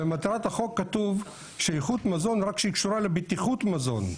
במטרת החוק כתוב שאיכות מזון רק כשהיא קשורה לבטיחות מזון.